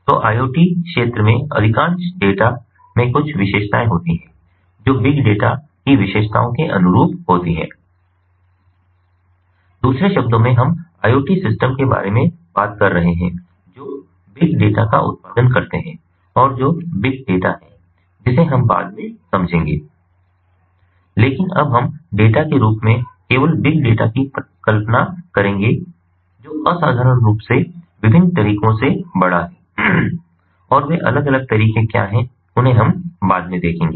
तो IoTs क्षेत्र में अधिकांश डेटा में कुछ विशेषताएं होती हैं जो बिगडेटा की विशेषताओं के अनुरूप होती हैं दूसरे शब्दों में हम IoT सिस्टम के बारे में बात कर रहे हैं जो बिग डेटा का उत्पादन करते हैं और जो बिग डेटा है जिसे हम बाद में समझेंगे लेकिन अब हम डेटा के रूप में केवल बिग डेटा की कल्पना करेंगे जो असाधारण रूप से विभिन्न तरीकों से बड़ा है और वे अलग अलग तरीके क्या हैं उन्हें हम बाद में देखेंगे